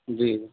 جی